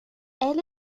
elle